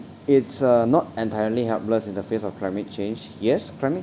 it's uh not entirely helpless in the face of climate change yes climate